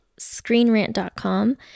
ScreenRant.com